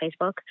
Facebook